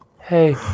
Hey